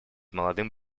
молодым